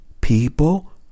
people